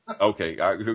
okay